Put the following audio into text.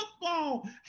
football